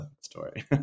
story